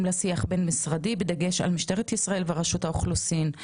לשיח הבין משרדי בדגש על משטרת ישראל ורשות האוכלוסין.